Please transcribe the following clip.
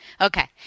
Okay